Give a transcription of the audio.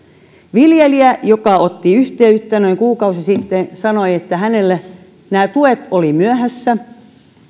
viljelijä joka otti yhteyttä noin kuukausi sitten sanoi että hänellä nämä tuet olivat myöhässä